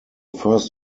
first